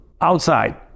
outside